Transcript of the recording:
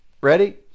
ready